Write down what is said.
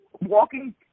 walking